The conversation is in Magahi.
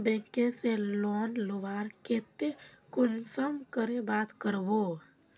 बैंक से लोन लुबार केते कुंसम करे बात करबो?